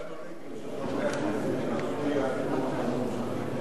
גם הרייטינג של חברי הכנסת משפיע על אורך הנאום שלהם.